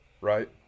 Right